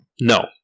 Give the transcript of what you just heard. No